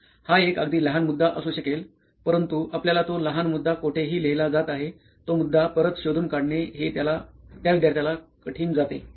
हा एक अगदी लहान मुद्दा असू शकेल परंतु आपल्याला तो लहान मुद्दा कोठेही लिहिला जात आहे तो मुद्दा परत शोधून काढणे हे त्या विद्यार्थ्याला कठीण जाते